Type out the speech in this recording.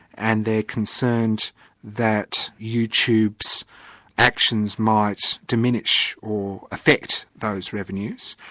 and they're concerned that youtube's actions might diminish or affect those revenues.